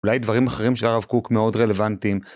אולי דברים אחרים של הרב קוק מאוד רלוונטיים